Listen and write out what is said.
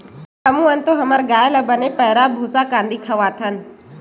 हमू मन तो हमर गाय ल बने पैरा, भूसा, कांदी खवाथन